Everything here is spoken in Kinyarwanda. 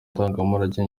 ndangamurage